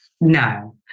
No